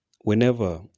Whenever